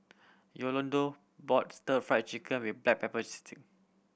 Yolonda bought Stir Fry Chicken with black pepper